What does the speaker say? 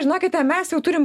žinokite mes jau turim